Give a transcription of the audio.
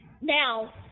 now